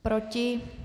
Proti?